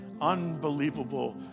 unbelievable